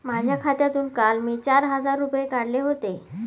माझ्या खात्यातून काल मी चार हजार रुपये काढले होते